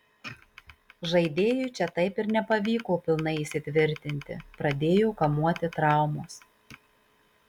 žaidėjui čia taip ir nepavyko pilnai įsitvirtinti pradėjo kamuoti traumos